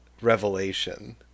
revelation